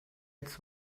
its